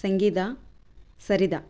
Sangeetha Saritha